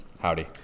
Howdy